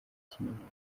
kinyamwuga